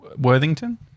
Worthington